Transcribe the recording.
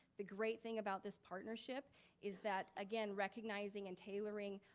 the great thing about this partnership is that again, recognizing and tailoring,